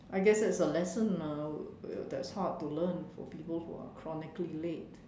I guess that's a lesson lah that's hard to learn for people who are chronically late